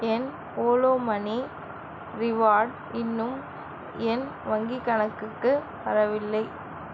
என் Ola money reward இன்னும் என் வங்கிக் கணக்குக்கு வரவில்லை